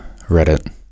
Reddit